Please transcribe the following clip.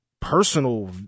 personal